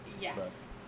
Yes